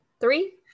Three